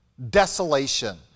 desolation